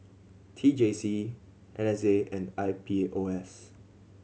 T J C N S A and I P O S